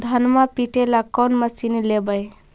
धनमा पिटेला कौन मशीन लैबै?